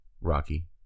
Rocky